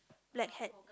black hat